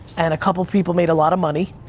and a couple people made a lot of money,